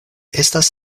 estas